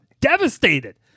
devastated